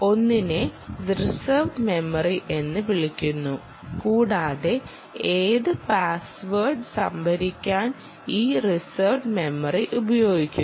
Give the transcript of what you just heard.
ഒന്നിനെ reserved memory എന്ന് വിളിക്കുന്നു കൂടാതെ ഏത് പാസ്വേഡും സംഭരിക്കാൻ ഈ റിസർവ്ഡ് മെമ്മറി ഉപയോഗിക്കുന്നു